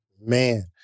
Man